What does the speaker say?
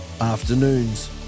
Afternoons